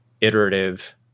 iterative